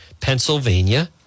Pennsylvania